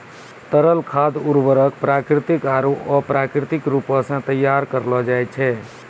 तरल खाद उर्वरक प्राकृतिक आरु अप्राकृतिक रूपो सें तैयार करलो जाय छै